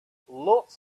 lots